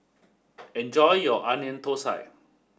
enjoy your Onion Thosai